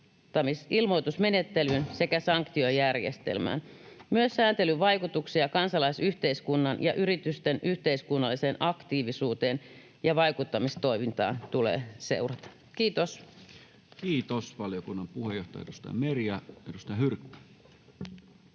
sääntelyn vaikutuksia kansalaisyhteiskunnan ja yritysten yhteiskunnalliseen aktiivisuuteen ja vaikuttamistoimintaan tulee seurata.” — Kiitos.